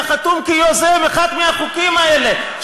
היה חתום כיוזם אחד מהחוקים האלה,